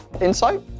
Insight